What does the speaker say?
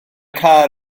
car